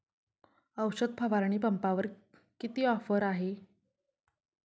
औषध फवारणी पंपावर किती ऑफर आहे?